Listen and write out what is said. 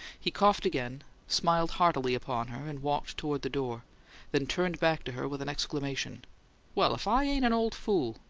he coughed again, smiled heartily upon her, and walked toward the door then turned back to her with an exclamation well, if i ain't an old fool!